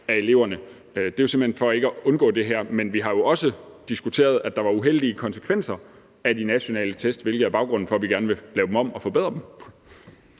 af eleverne. Det er jo simpelt hen for at undgå det her. Men vi har jo også diskuteret, at der var uheldige konsekvenser af de nationale test, hvilket er baggrunden for, at vi gerne vil lave dem om og forbedre dem.